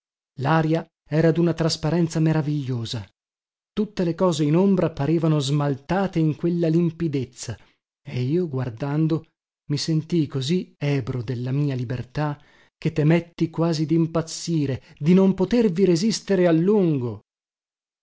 laria era duna trasparenza meravigliosa tutte le cose in ombra parevano smaltate in quella limpidezza e io guardando mi sentii così ebro della mia libertà che temetti quasi dimpazzire di non potervi resistere a lungo